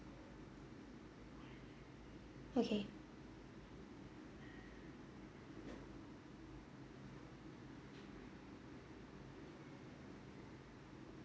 okay